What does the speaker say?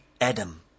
Adam